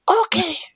okay